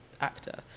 actor